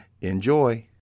Enjoy